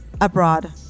abroad